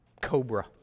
Cobra